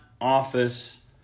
office